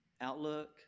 outlook